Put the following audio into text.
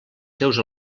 seus